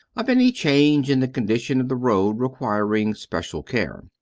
of any change in the condition of the road requiring special care.